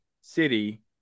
city